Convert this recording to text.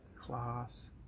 class